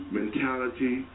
mentality